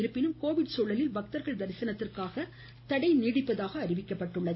இருப்பினும் கோவிட் சூழலில் பக்தர்கள் தரிசனத்திற்கான தடை நீடிப்பதாக அறிவிக்கப்பட்டுள்ளது